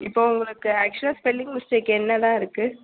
இப்போது உங்களுக்கு ஆக்ஷுவலா ஸ்பெல்லிங் மிஸ்டேக் என்னதாக இருக்குது